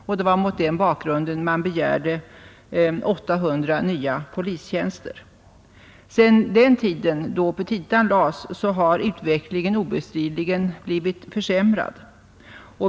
Det var mot den bakgrunden som man begärde 800 nya polistjänster. Sedan den tiden, då rikspolisstyrelsens petita framlades, har utvecklingen obestridligen blivit försämrad.